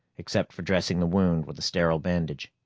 except for dressing the wound with a sterile bandage.